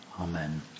Amen